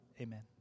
Amen